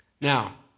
Now